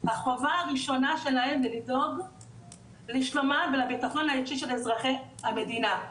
החובה הראשונה שלהם זה לדאוג לשלומם ולביטחונם האישי של אזרחי המדינה,